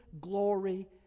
glory